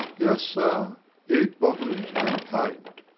yes, sir eight bottles and a pint.